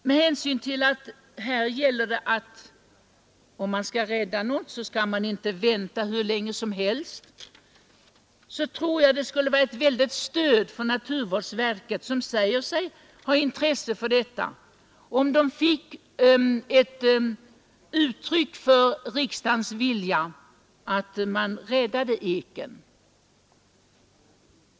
Om man skall rädda något i detta sammanhang får man inte vänta hur länge som helst, och jag tror därför att det skulle vara ett mycket stort stöd för naturvårdsverket — som säger sig ha intresse för detta — att få ett uttryck för riksdagens vilja att rädda eken.